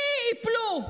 מי ייפלו?